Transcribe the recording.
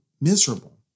miserable